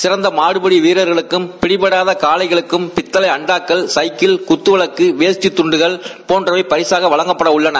சிறந்த மாடுபிடி வீரர்களுக்கும் பிடிபடாத காளைகளுக்கும் பித்தளை அண்டாக்கள் சைக்கிள் குத்தவிளக்கு வேட்டி துண்டு போன்றவை பரிசாக வழங்கப்பட உள்ளள்